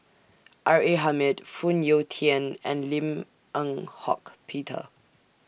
R A Hamid Phoon Yew Tien and Lim Eng Hock Peter